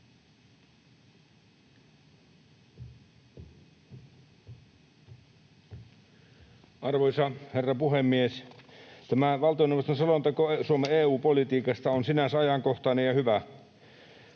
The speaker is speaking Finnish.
Arvoisa herra puhemies! Tämä valtioneuvoston selonteko Suomen EU-politiikasta on sinänsä ajankohtainen ja hyvä.